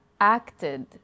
acted